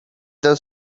the